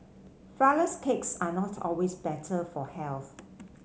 flour less cakes are not always better for health